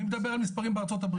אני מדבר על מספרים בארצות הברית.